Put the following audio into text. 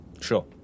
Sure